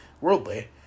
worldly